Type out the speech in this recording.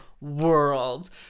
World